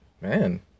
man